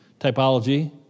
typology